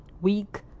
week